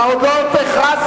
עוד לא הכרזתי,